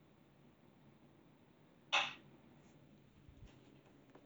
okay that was loud enough